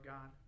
God